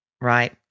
Right